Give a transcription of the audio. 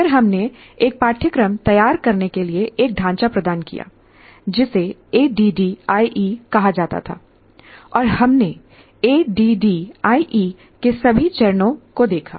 फिर हमने एक पाठ्यक्रम तैयार करने के लिए एक ढांचा प्रदान किया जिसे एडीडीआईई कहा जाता था और हमने एडीडीआईई के सभी चरणों को देखा